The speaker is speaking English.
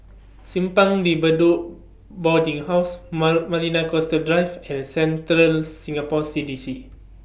Simpang De Bedok Boarding House Ma Marina Coastal Drives and Central Singapore C D C